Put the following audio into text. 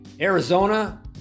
Arizona